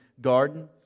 garden